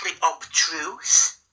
obtruse